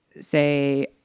say